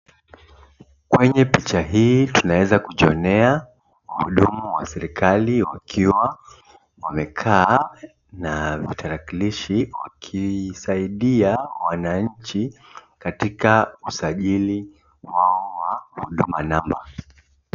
Kwenye picha hii tunaweza kujionea wahudumu wa serikali wakiwa wamekaa na vitarakilishi wakisaidia wananchi katika usajili wao wa huduma namba.